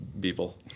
People